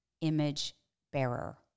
image-bearer